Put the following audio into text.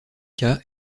cas